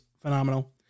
phenomenal